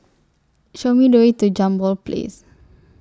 Show Me The Way to Jambol Place